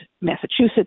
Massachusetts